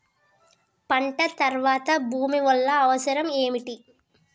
పంట తర్వాత భూమి వల్ల అవసరం ఏమిటి?